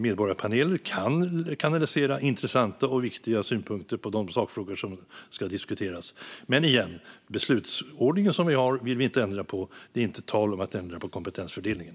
Medborgarpaneler kan kanalisera intressanta och viktiga synpunkter på de sakfrågor som ska diskuteras. Men igen: Den beslutsordning vi har vill vi inte ändra på. Det är inte tal om att ändra på kompetensfördelningen.